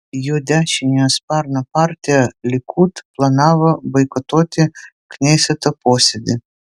jo dešiniojo sparno partija likud planavo boikotuoti kneseto posėdį